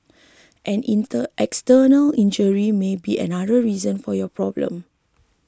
an inter external injury may be another reason for your problem